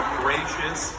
gracious